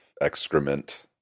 excrement